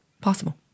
Possible